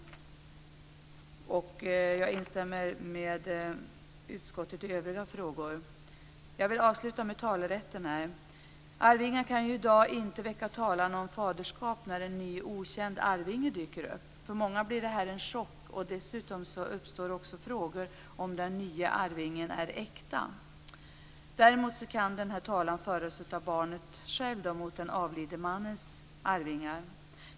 Jag instämmer med utskottet i övriga frågor. Jag vill avsluta med några ord om talerätten. Arvingar kan i dag inte väcka talan om faderskap när en ny okänd arvinge dyker upp. För många blir det en chock. Dessutom uppstår också frågor om den nye arvingen är "äkta". Däremot kan talan föras av barnet själv mot den avlidne mannens arvingar.